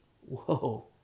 whoa